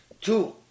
Two